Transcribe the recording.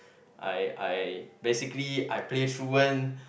I I basically I play truant